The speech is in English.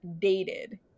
dated